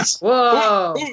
Whoa